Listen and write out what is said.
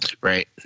Right